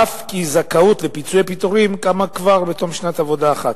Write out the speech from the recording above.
אף כי הזכאות לפיצויי פיטורים קמה כבר בתום שנת עבודה אחת.